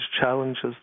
challenges